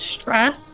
stress